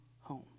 home